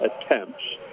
attempts